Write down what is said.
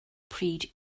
pryd